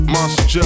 Monster